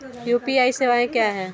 UPI सवायें क्या हैं?